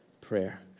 prayer